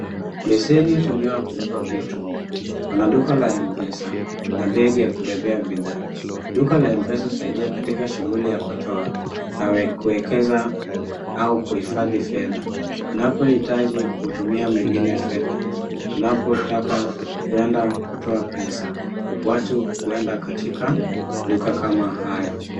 Beseni hutumiwa kubeba vitu, kuna duka la Mpesa na begi ya kubebea bidhaa. Duka la Mpesa husaidia katika shughuli ya kutoa na kuwekeza au kuhifadhi fedha. Unapohitaji kutumia mwingine fedha, unapotaka kuenda kutoa pesa, watu huenda katika duka kama hili.